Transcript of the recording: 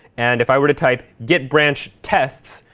and if i were to tight git branch tests,